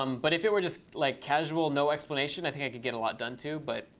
um but if it were just like casual no explanation, i think i could get a lot done, too. but